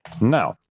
now